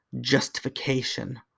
justification